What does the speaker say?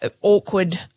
awkward